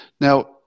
Now